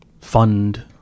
fund